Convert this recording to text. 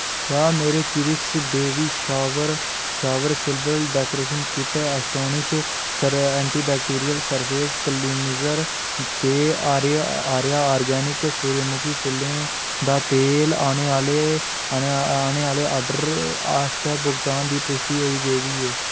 क्या मेरे सेराक्स baby shower silver decoration kit Astonish antibacterial surface cleanser ते आर्य आर्गेनिक सूरजमुखी फुल्लें दा तेल आने आह्ले ऑर्डर आस्तै भुगतान दी पुश्टि होई गेई ऐ